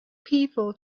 people